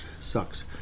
sucks